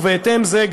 ובהתאם לזה,